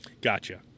Gotcha